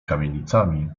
kamienicami